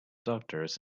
doctors